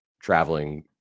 traveling